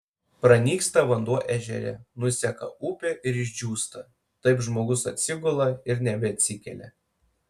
pranyksta vanduo ežere nuseka upė ir išdžiūsta taip žmogus atsigula ir nebeatsikelia